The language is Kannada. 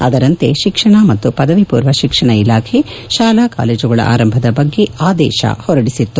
ಅದರಂತೆ ಶಿಕ್ಷಣ ಮತ್ತು ಪದವಿ ಪೂರ್ವ ಶಿಕ್ಷಣ ಇಲಾಖೆ ಶಾಲಾ ಕಾಲೇಜುಗಳ ಆರಂಭದ ಬಗ್ಗೆ ಆದೇಶ ಹೊರಡಿಸಿತ್ತು